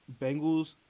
Bengals